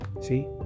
See